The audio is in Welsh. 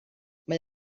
mae